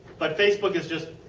but facebook is just,